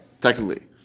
Technically